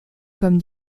comme